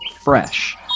fresh